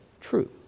true